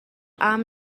امن